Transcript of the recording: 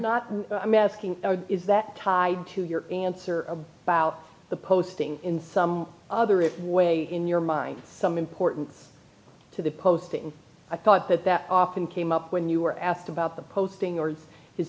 i'm asking is that tied to your answer about the posting in some other it way in your mind some important to the post and i thought that that often came up when you were asked about the posting or